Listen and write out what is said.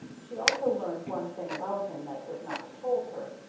she also learned one thing about him that was not told her,